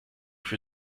für